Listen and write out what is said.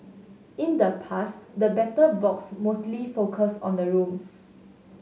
in the past the Battle Box mostly focused on the rooms